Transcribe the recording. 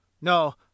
No